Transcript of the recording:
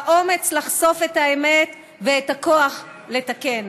האומץ לחשוף את האמת והכוח לתקן.